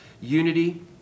Unity